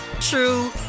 true